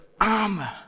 armor